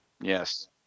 Yes